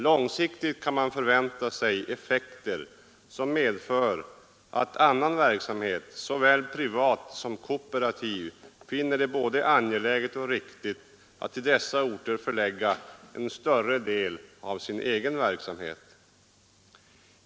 Långsiktigt kan man förvänta sig effekter som medför att annan verksamhet, såväl privat som kooperativt, finner det både angeläget och riktigt att till dessa orter förlägga en större del av sin egenverksamhet.